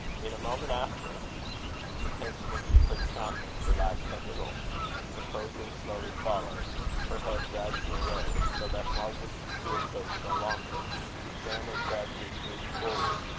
in a moment after the tension of euphra's countenance relaxed a little composure slowly followed her head gradually rose, so that margaret could see her face no longer then, as gradually, drooped forward.